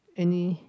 any